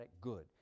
good